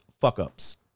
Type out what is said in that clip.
fuck-ups